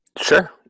Sure